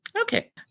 Okay